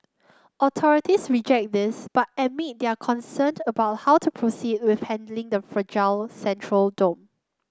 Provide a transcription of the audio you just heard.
authorities reject this but admit they are concerned about how to proceed with handling the fragile central dome